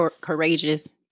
courageous-